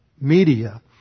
media